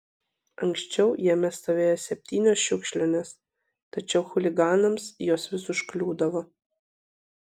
anksčiau jame stovėjo septynios šiukšlinės tačiau chuliganams jos vis užkliūdavo